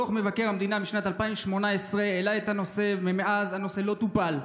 דוח מבקר המדינה משנת 2018 העלה את הנושא ומאז הנושא לא טופל.